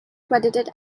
credited